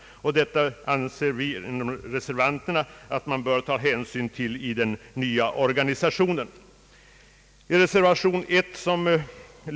Reservanterna anser att man bör ta hänsyn till detta i den nya organisationen.